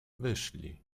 wyszli